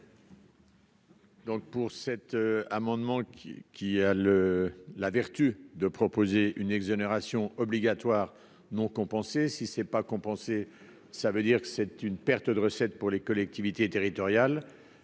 Donc pour cet amendement qui, qui a le la vertu de proposer une exonération obligatoire non compensées, si ce n'est pas compensé ça veut dire que c'est une perte de recettes pour les collectivités territoriales,